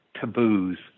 taboos